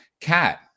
Cat